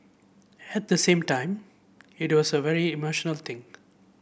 at the same time it was a very emotional thing